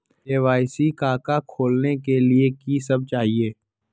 KYC का का खोलने के लिए कि सब चाहिए?